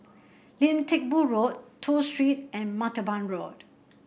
Lim Teck Boo Road Toh Street and Martaban Road